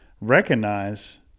recognize